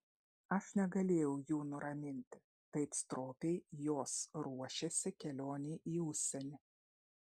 aš negalėjau jų nuraminti taip stropiai jos ruošėsi kelionei į užsienį